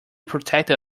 protected